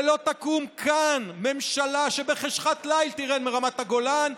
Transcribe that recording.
ולא תקום כאן ממשלה שבחשכת ליל תרד מרמת הגולן,